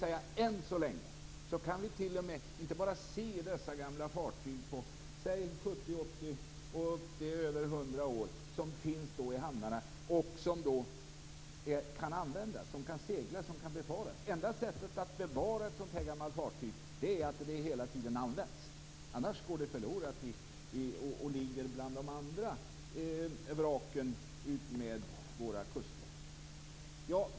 Än så länge kan vi inte bara se dessa gamla fartyg som är 70, 80 och över 100 år och som finns i hamnarna. De kan också användas, seglas, befaras. Enda sättet att bevara ett sådant gammalt fartyg är att hela tiden använda det. Annars går det förlorat och ligger bland de andra vraken utmed våra kuster.